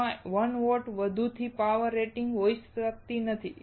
તેમાં 1 વોટથી વધુની પાવર રેટિંગ હોઈ શકતી નથી